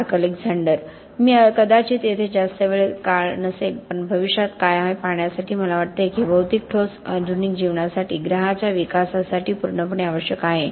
mark Alexander मी कदाचित येथे जास्त काळ नसेन पण भविष्यात काय आहे हे पाहण्यासाठी मला वाटते की हे भौतिक ठोस आधुनिक जीवनासाठी ग्रहाच्या विकासासाठी पूर्णपणे आवश्यक आहे